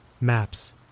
maps